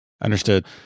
Understood